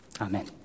Amen